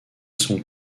sont